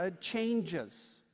changes